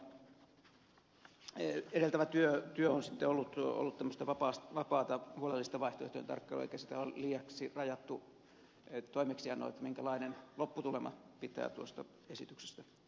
toivottavasti tämä edeltävä työ on sitten ollut tämmöistä vapaata huolellista vaihtoehtojen tarkkailua eikä ole liiaksi rajattu toimeksiannoin minkälainen lopputulema pitää tuosta esityksestä tulla